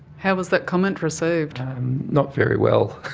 how was that comment received? not very well.